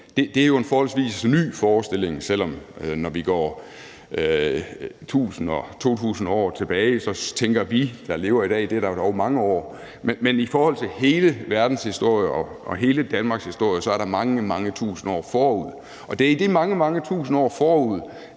er jo en forholdsvis ny forestilling, selv om vi, der lever i dag, når vi ser 1.000 eller 2.000 år tilbage, så tænker, at det da er mange år. Men i forhold til hele verdens historie og hele Danmarks historie, er der gået mange, mange tusinder af år forud. Og det er i de mange, mange tusinder af år,